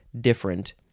different